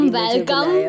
welcome